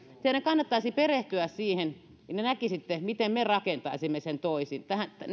teidän kannattaisi perehtyä siihen niin näkisitte miten me rakentaisimme sen toisin